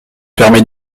permet